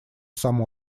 сам